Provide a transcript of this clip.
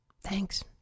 thanks